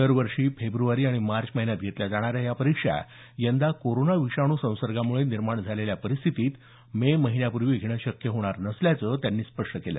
दरवर्षी फेब्रुवारी आणि मार्च महिन्यात घेतल्या जाणाऱ्या या परीक्षा यंदा कोरोना विषाणू संसर्गामुळे निर्माण झालेल्या परिस्थितीत मे महिन्यापूर्वी घेणं शक्य होणार नसल्याचं त्यांनी स्पष्ट केलं